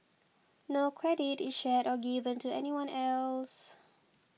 no credit is shared or given to anyone else